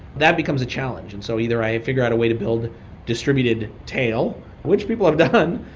that becomes a challenge. and so either i figure out a way to build distributed tail, which people have done,